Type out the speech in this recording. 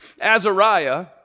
Azariah